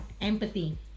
Empathy